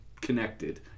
connected